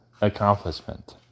accomplishment